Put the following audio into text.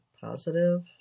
positive